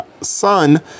son